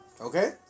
Okay